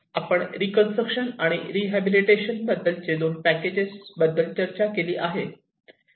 आपण रीकन्स्ट्रक्शन आणि रीहबिलीटेशन बद्दलचे दोन पॅकेजेस बद्दल चर्चा केली आहे